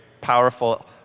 powerful